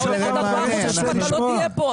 ארבעה חודשים אתה לא תהיה פה.